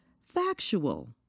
factual